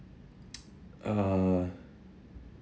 uh